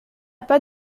pas